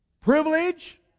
privilege